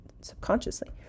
subconsciously